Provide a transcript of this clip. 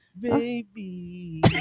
Baby